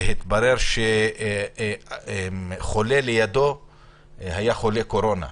התברר שחולה שנמצא לידו היה חולה בקורונה.